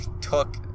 took